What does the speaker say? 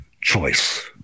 choice